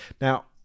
Now